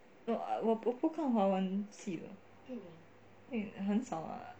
no 我不看华文戏的电影很少啦